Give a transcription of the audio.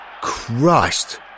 Christ